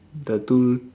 the two